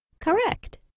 Correct